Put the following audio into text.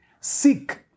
Seek